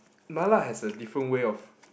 Mala has a different way of